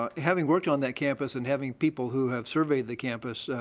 ah having worked on that campus and having people who have surveyed the campus,